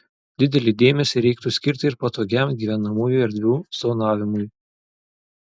didelį dėmesį reiktų skirti ir patogiam gyvenamųjų erdvių zonavimui